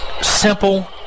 simple